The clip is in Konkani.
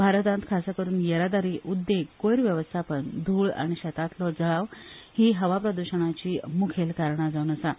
भारतात खासाकरुन येरादारी उद्देग कोयर वेवस्थापन धुळ आनी शेतातलो जळाव ही हवा प्रद्शणाची मुखेल कारणा जावन आसात